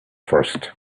first